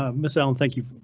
um ms allan. thank you,